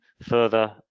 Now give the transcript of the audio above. Further